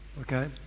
okay